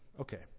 okay